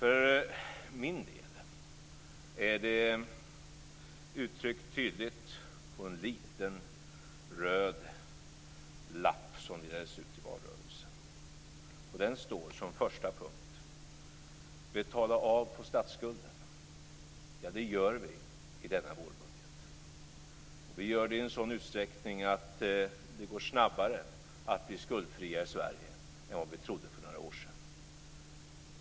Denna inriktning är tydligt uttryckt på en liten röd lapp som delades ut i valrörelsen. På den står som första punkt: Betala av på statsskulden! - Ja, det gör vi i denna vårbudget, och vi gör det i en sådan utsträckning att det går snabbare för oss att bli skuldfria i Sverige än vad vi trodde för några år sedan.